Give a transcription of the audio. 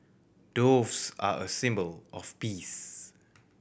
doves are a symbol of peace